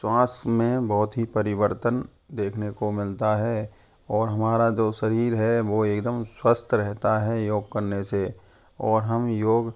श्वास में बहुत ही परिवर्तन देखने को मिलता है और हमारा जो शरीर है वो एकदम स्वस्थ रहता है योग करने से और हम योग